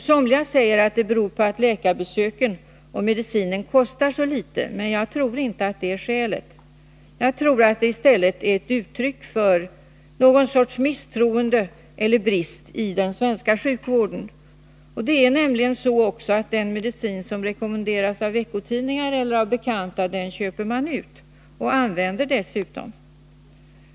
Somliga säger att det beror på att läkarbesöken och medicinen kostar så litet, men jag tror inte att det är skälet, utan att det här i stället är ett uttryck för någon sorts misstroende, eller någon brist, i den svenska sjukvården. Den medicin som rekommenderas av veckotidningar eller av bekanta köper man nämligen ut, och den använder man dessutom.